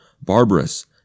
barbarous